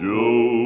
Joe